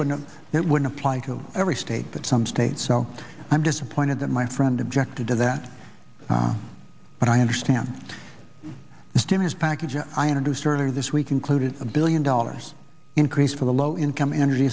would not it would apply to every state but some states so i'm disappointed that my friend objected to that but i understand the stimulus package i introduced earlier this week included a billion dollars increase for the low income energ